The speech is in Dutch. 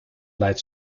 lijdt